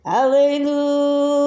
Hallelujah